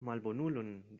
malbonulon